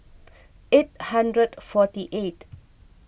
eight hundred forty eight